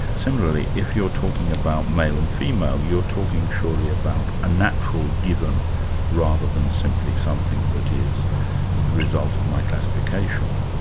similarly, if you're talking about male and um female, you're talking surely about a natural given rather than simply something that is the result of my classification.